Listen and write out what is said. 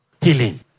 healing